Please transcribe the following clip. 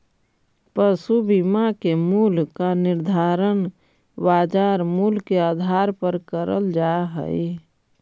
पशु बीमा के मूल्य का निर्धारण बाजार मूल्य के आधार पर करल जा हई